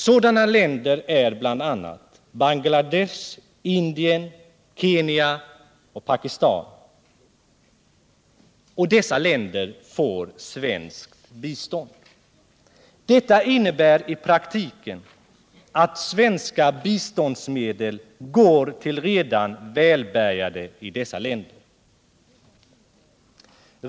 Sådana länder är bl.a. Bangladesh, Indien, Kenya och Pakistan. Dessa länder får svenskt bistånd. Det innebär i praktiken att svenska biståndsmedel går till redan välbärgade i dessa länder.